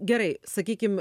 gerai sakykim